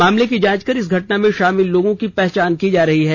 मामले की जांच कर इस घटना में शामिल लोगों की पहचान की जा रही है